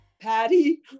Patty